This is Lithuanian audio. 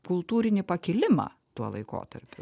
kultūrinį pakilimą tuo laikotarpiu